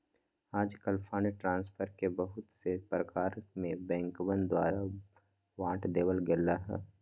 आजकल fund transfer के बहुत से प्रकार में बैंकवन द्वारा बांट देवल गैले है